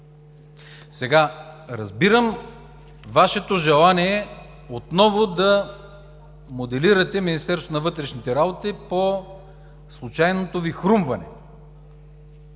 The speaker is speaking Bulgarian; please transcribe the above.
Разбирам Вашето желание отново да моделирате Министерството на вътрешните работи по случайното Ви хрумване.